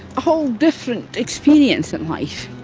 a whole different experience in life